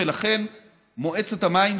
ולכן מועצת המים,